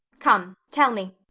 come tell me.